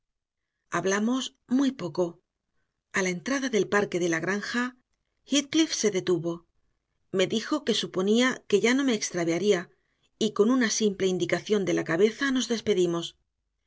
hablamos muy poco a la entrada del parque de la granja heathcliff se detuvo me dijo que suponía que ya no me extraviaría y con una simple indicación de la cabeza nos despedimos